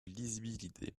lisibilité